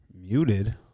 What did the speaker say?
Muted